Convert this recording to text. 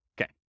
Okay